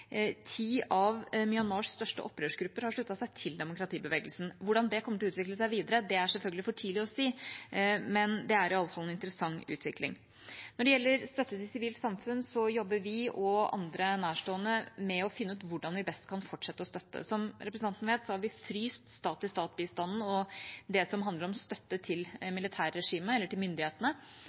ti av Myanmars største opprørsgrupper har sluttet seg til demokratibevegelsen. Hvordan det kommer til å utvikle seg videre, er selvfølgelig for tidlig å si, men det er i alle fall en interessant utvikling. Når det gjelder støtte til sivilt samfunn, jobber vi og andre nærstående med å finne ut hvordan vi best kan fortsette å støtte. Som representanten vet, har vi fryst stat-til-stat-bistanden og det som handler om støtte til militærregimet eller til myndighetene,